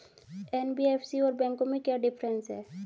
NBFC और बैंकों में क्या डिफरेंस है?